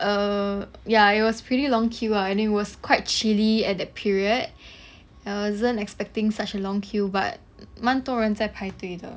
err ya it was pretty long queue ah and it was quite chilly at that period I wasn't expecting such a long queue but 蛮多人在排队的